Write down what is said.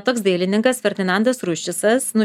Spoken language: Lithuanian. toks dailininkas ferdinandas ruščicas nu